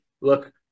look